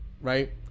Right